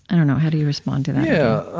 i don't know, how do you respond to that? yeah,